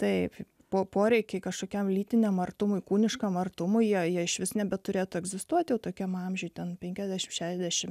taip po poreikiai kažkokiam lytiniam artumui kūniškam artumui jie išvis nebeturėtų egzistuoti tokiam amžiui ten penkiasdešimt šešiasdešimt